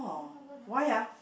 then what word ah